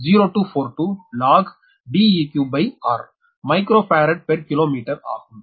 0242 𝑙og Deqrமைக்ரோ farad per kilometre ஆகும்